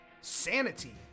Sanity